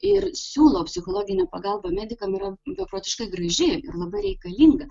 ir siūlo psichologinę pagalbą medikam yra beprotiškai graži ir labai reikalinga